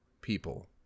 people